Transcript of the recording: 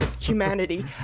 humanity